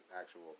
actual